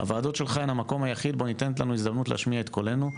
הוועדות הן המקום היחיד בו ניתנת לנו הזדמנות להשמיע את קולנו,